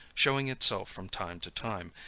showing itself from time to time,